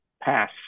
pass